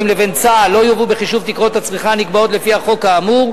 לבין צה"ל לא יובאו בחישוב תקרות הצריכה הנקבעות לפי החוק האמור.